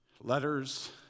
letters